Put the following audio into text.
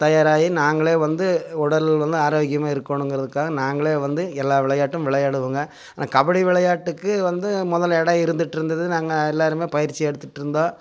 தயாராகி நாங்களே வந்து உடல் வந்து ஆரோக்கியமாக இருக்கணுங்குறதுக்காக நாங்களே வந்து எல்லா விளையாட்டும் விளையாடுவோங்க ஆனால் கபடி விளையாட்டுக்கு வந்து முதல் இடம் இருந்துட்டிருந்தது நாங்கள் எல்லோருமே பயிற்சி எடுத்துட்டிருந்தோம்